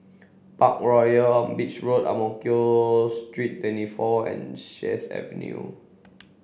Parkroyal on Beach Road Ang Mo Kio Street Twenty four and Sheares Avenue